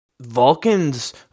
Vulcans